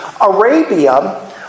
Arabia